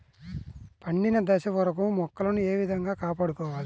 పండిన దశ వరకు మొక్కలను ఏ విధంగా కాపాడుకోవాలి?